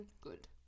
good